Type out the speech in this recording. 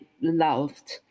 loved